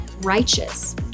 righteous